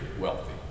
wealthy